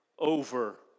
over